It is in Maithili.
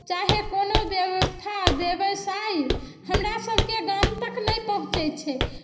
चाहे कोनो व्यवस्था व्यवसाय हमरासभके गाम तक नहि पहुँचैत छै